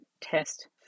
test